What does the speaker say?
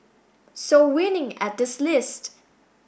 so winning at this list